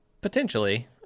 Potentially